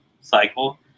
cycle